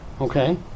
okay